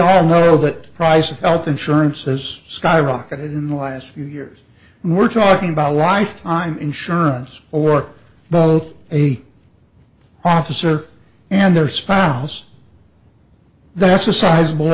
all know that price of health insurance has skyrocketed in the last few years and we're talking about a lifetime insurance or both a officer and their spouse that's a sizable